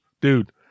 dude